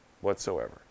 whatsoever